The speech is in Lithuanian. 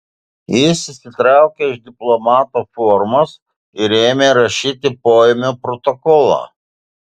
jis išsitraukė iš diplomato formas ir ėmė rašyti poėmio protokolą